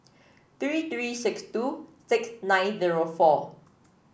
three three six two six nine zero four